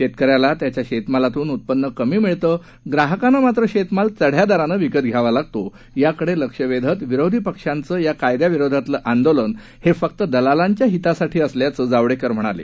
शेतकऱ्याला त्याच्या शेतमालातून उत्पन्न कमी मिळतं ग्राहकांना मात्र शेतमाल चढ्या दरानं विकत घ्यावा लागतो याकडे लक्ष वेधत विरोधी पक्षांचं या कायद्याविरोधातलं आंदोलन हे फक्त दलालांच्या हितासाठी असल्याचं जावडेकर म्हणाले